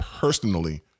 Personally